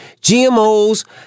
GMOs